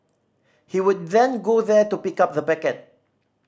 he would then go there to pick up the packet